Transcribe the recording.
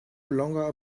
longer